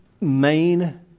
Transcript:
main